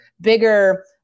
bigger